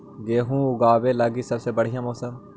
गेहूँ ऊगवे लगी सबसे बढ़िया मौसम?